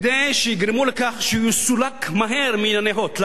כדי שהוא יסולק מהר מענייני "הוט".